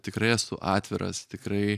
tikrai esu atviras tikrai